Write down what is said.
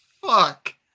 fuck